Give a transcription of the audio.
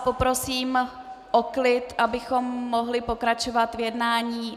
Poprosím vás o klid, abychom mohli pokračovat v jednání.